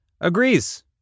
agrees